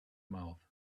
mouth